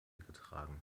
getragen